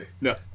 No